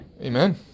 Amen